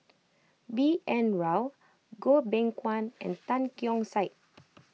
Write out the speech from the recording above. B N Rao Goh Beng Kwan and Tan Keong Saik